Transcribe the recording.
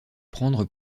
prendre